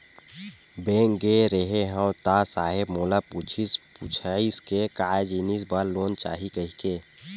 Bank गे रेहे हंव ता साहेब मोला पूछिस पुछाइस के काय जिनिस बर लोन चाही कहिके?